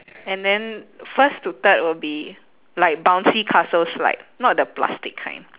and then first to third will be like bouncy castle slide not the plastic kind